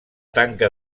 tanca